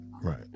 right